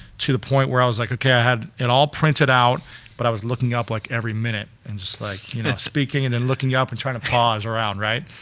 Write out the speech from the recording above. to the point where i was like, okay, i had it all printed out but i was looking up like every minute and just like, you know, speaking and then and looking yeah up and trying to pause around, right.